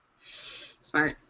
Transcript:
Smart